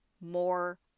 more